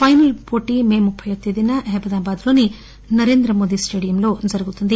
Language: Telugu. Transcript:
పైనల్ పోటీ మే ముప్పై వ తేదీన అహ్మదాబాద్లోని నరేంద్రమోదీ స్టేడియంలో జరుగుతుంది